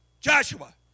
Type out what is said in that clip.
Joshua